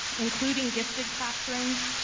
including gifted classrooms,